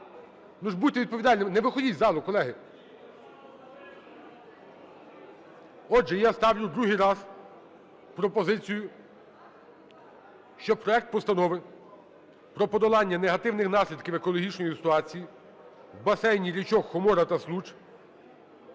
Ну ж, будьте відповідальними, не виходьте із залу, колеги. Отже, я ставлю другий раз пропозицію, щоби проект Постанови про подолання негативних наслідків екологічної ситуації в басейні річок Хомора та Случ